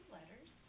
Letters